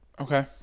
Okay